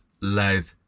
led